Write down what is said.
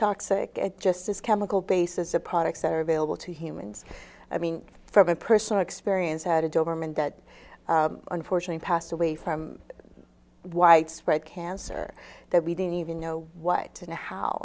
toxic and just as chemical bases of products that are available to humans i mean from a personal experience had a doberman that unfortunately passed away from widespread cancer that we didn't even know what to know how